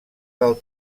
del